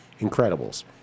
incredibles